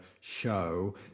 show